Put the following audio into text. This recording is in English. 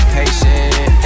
patient